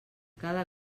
cada